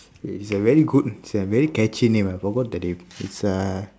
it's a very good it's a very catchy name I forgot the name it's uh